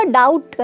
doubt